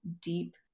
deep